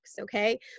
okay